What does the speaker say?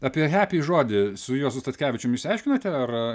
apie hepi žodį su juozu statkevičium išsiaiškinote ar